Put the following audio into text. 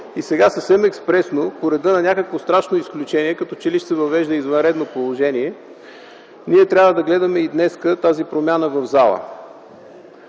Сега съвсем експресно, по реда на някакво страшно изключение, като че ли ще се въвежда извънредно положение, трябва да гледаме днес тази промяна в залата.